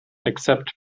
except